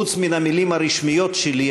חוץ מן המילים הרשמיות שלי,